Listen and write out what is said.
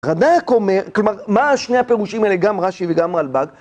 רד"ק אומר, כלומר, מה שני הפירושים האלה, גם רש"י וגם רלב"ג?